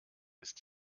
ist